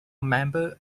member